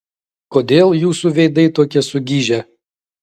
kodėl jūsų veidai tokie sugižę